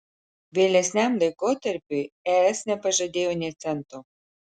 vėlesniam laikotarpiui es nepažadėjo nė cento